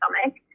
stomach